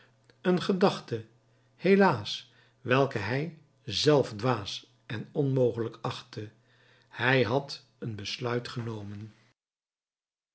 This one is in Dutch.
een gedachte helaas welke hij zelf dwaas en onmogelijk achtte hij had een besluit genomen